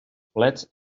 plets